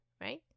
right